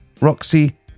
roxy